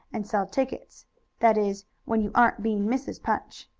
and sell tickets that is, when you aren't being mrs. punch.